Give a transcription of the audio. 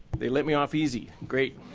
they let me off easy. great.